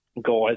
guys